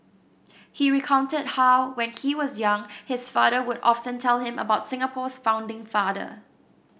he recounted how when he was young his father would often tell him about Singapore's founding father